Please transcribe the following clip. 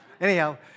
Anyhow